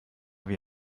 wie